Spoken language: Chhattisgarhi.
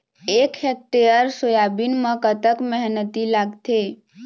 एक हेक्टेयर सोयाबीन म कतक मेहनती लागथे?